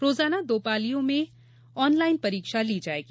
रोजाना दो पालियों में ऑनलाईन परीक्षा ली जायेगी